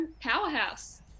powerhouse